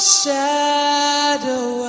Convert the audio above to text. shadow